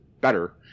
better